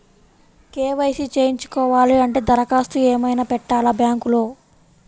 KYC చేయించుకోవాలి అంటే దరఖాస్తు ఏమయినా పెట్టాలా బ్యాంకులో?